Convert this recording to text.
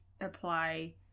apply